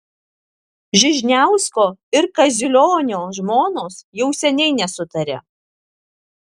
žižniausko ir kaziulionio žmonos jau seniai nesutaria